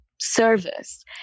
Service